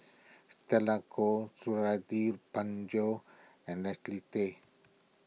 Stella Kon Suradi Parjo and Leslie Tay